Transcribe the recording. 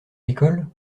l’école